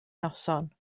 noson